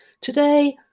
today